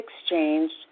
exchanged